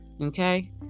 Okay